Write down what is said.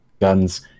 guns